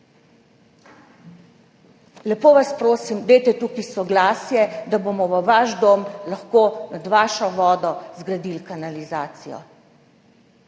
Lepo vas prosim, dajte tukaj soglasje, da bomo lahko v vašem domu, nad vašo vodo zgradili kanalizacijo,